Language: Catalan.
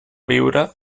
viure